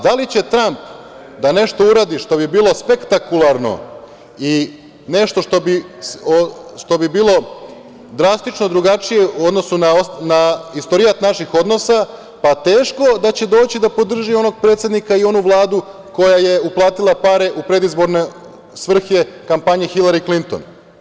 Da li će Tramp da nešto uradi što bi bilo spektakularno i nešto što bi bilo drastično drugačije u odnosu na istorijat naših odnosa, pa teško da će doći da podrži onog predsednika i onu Vladu koja je uplatila pare u predizborne svrhe kampanji Hilari Klinton.